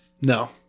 No